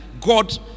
God